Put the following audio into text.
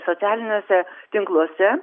tai socialiniuose tinkluose